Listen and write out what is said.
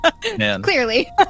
Clearly